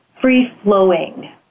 free-flowing